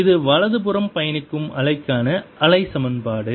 இது வலதுபுறம் பயணிக்கும் அலைக்கான அலை சமன்பாடு